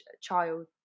child